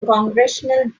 congressional